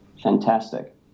fantastic